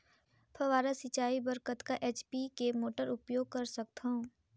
फव्वारा सिंचाई बर कतका एच.पी के मोटर उपयोग कर सकथव?